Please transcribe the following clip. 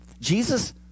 Jesus